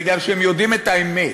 בגלל שהם יודעים את האמת.